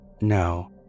No